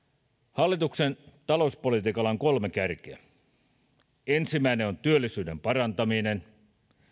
hallituksen talouspolitiikalla on kolme kärkeä ensimmäinen on työllisyyden parantaminen